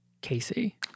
Casey